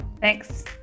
Thanks